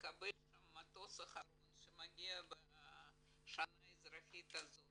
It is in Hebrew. נקבל שם את המטוס האחרון שמגיע בשנה האזרחית הזאת